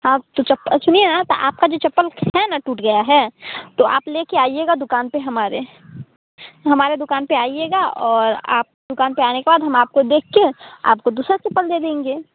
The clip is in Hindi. आप तो चप्पल सुनिए न त आपका जो चप्पल है न टूट गया है तो आप ले कर आइएगा दुकान पर हमारे हमारे दुकान पर आइएगा और आप दुकान पर आने के बाद हम आपको देख कर आपको दूसरा चप्पल दे देंगे